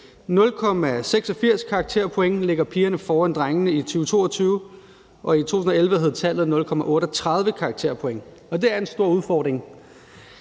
0,86 karakterpoint ligger pigerne foran drengene i 2022, og i 2011 hed tallet 0,38 karakterpoint. Det er en stor udfordring,